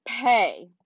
pay